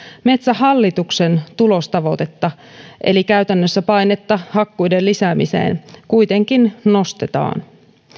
metsähallituksen tulostavoitetta eli käytännössä painetta hakkuiden lisäämiseen kuitenkin nostetaan